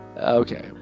okay